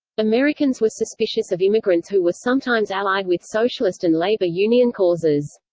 americans were suspicious of immigrants who were sometimes allied with socialist and labor union causes.